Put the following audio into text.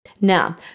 Now